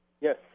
Yes